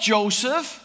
Joseph